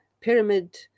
pyramid